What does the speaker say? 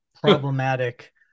problematic